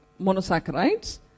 monosaccharides